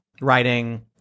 writing